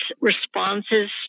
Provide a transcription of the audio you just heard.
responses